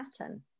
pattern